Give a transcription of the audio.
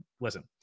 listen